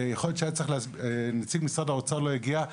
ויכול להיות שנציג משרד האוצר לא הגיע,